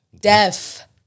deaf